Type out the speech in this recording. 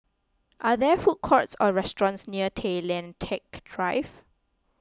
are there food courts or restaurants near Tay Lian Teck Drive